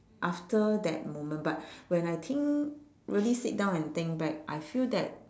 after that moment but when I think really sit down and think back I feel that